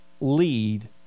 lead